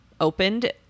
opened